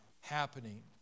happening